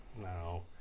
No